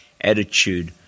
attitude